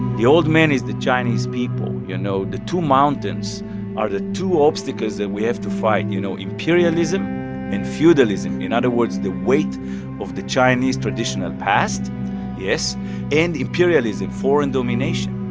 the old man is the chinese people. you know, the two mountains are the two obstacles that we had to fight you know, imperialism and feudalism. in other words, the weight of the chinese traditional past yes and imperialism, foreign domination.